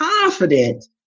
confident